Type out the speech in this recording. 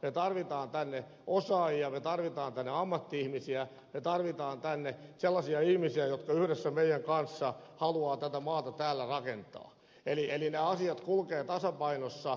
me tarvitsemme tänne osaajia me tarvitsemme tänne ammatti ihmisiä me tarvitsemme tänne sellaisia ihmisiä jotka yhdessä meidän kanssamme haluavat tätä maata täällä rakentaa eli ne asiat kulkevat tasapainossa